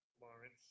Lawrence